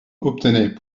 obtenaient